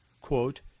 quote